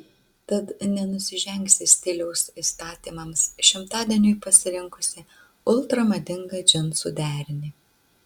tad nenusižengsi stiliaus įstatymams šimtadieniui pasirinkusi ultra madingą džinsų derinį